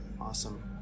Awesome